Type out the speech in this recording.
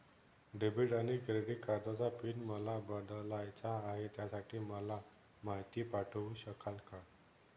Debit आणि credit कार्डचा PIN मला बदलायचा आहे, त्यासाठी मला माहिती पाठवू शकाल का?